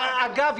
------ אגב,